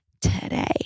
today